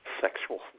sexual